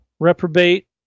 reprobate